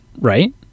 Right